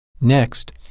Next